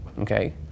okay